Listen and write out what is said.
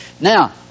Now